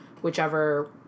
whichever